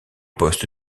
poste